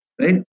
right